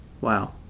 Wow